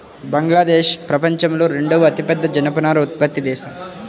బంగ్లాదేశ్ ప్రపంచంలో రెండవ అతిపెద్ద జనపనార ఉత్పత్తి దేశం